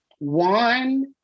One